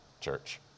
church